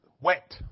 wet